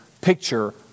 picture